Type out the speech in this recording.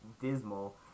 dismal